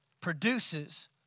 produces